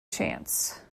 chance